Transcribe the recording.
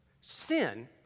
Sin